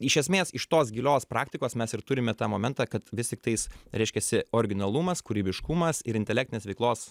iš esmės iš tos gilios praktikos mes ir turime tą momentą kad vis tiktais reiškiasi originalumas kūrybiškumas ir intelektinės veiklos